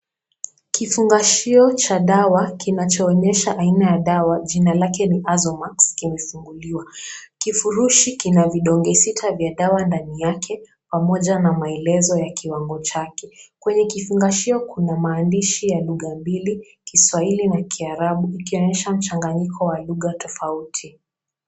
Kifungashio cha dawa kinachoonyesha aina ya dawa jina lake ni AZOMAX kimefunguliwa. Kifurushi na vidonge sita vya dawa ndani yake, pamoja na maelezo ya kiwango chake. Kwenye kifungashio kuna maandishi ya lugha mbili kiswahili na kiarabu, ikionyesha mchanganyiko wa lugha tofauti.